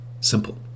simple